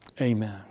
amen